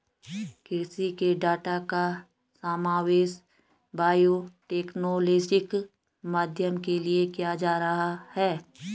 कृषि के डाटा का समावेश बायोटेक्नोलॉजिकल अध्ययन के लिए किया जा रहा है